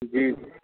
जी